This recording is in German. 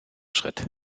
schritt